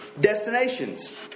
destinations